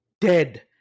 dead